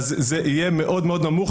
זה יהיה מאוד מאוד נמוך,